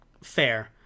Fair